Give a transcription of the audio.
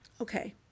Okay